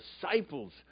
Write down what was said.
disciples